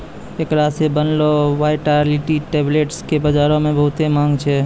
एकरा से बनलो वायटाइलिटी टैबलेट्स के बजारो मे बहुते माँग छै